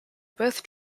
both